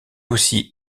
aussi